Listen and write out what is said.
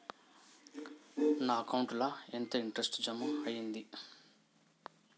నా అకౌంట్ ల ఎంత ఇంట్రెస్ట్ జమ అయ్యింది?